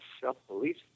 self-belief